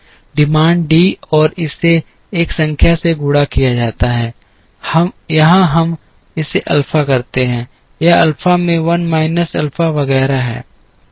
demand D और इसे एक संख्या से गुणा किया जाता है यहाँ हम इसे अल्फा करते हैं यह अल्फा में 1 माइनस अल्फा वगैरह है